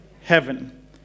heaven